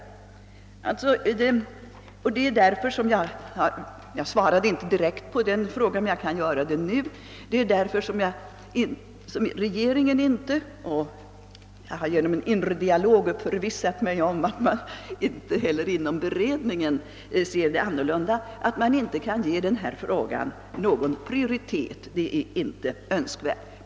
Jag svarade inte direkt på frågan om prioritering, men jag kan göra det nu. Regeringen kan inte på grund av de skäl som jag här har redo gjort för — och jag har genom en »inre dialog» mellan kyrkoministern och ordföranden i 1968 års beredning förvissat mig om att man inte heller inom beredningen ser detta annorlunda — ge denna fråga någon prioritet; det är inte önskvärt.